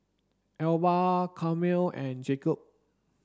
Elba Carmel and Jacob